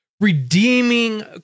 redeeming